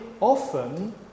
often